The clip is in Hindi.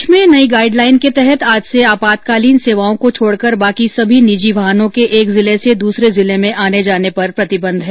प्रदेश में नई गाईडलाईन के तहत आज से आपातकालीन सेवाओं को छोडकर बाकी सभी निजी वाहनों के एक जिले से दूसरे जिले में आने जाने पर प्रतिबंध है